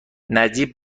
نجیب